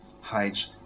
hides